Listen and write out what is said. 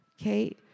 okay